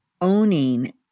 owning